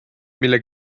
mille